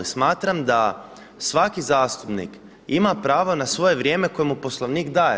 Smatram da svaki zastupnik ima pravo na svoje vrijeme koje mu Poslovnik daje.